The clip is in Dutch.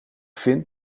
vind